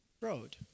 road